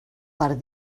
per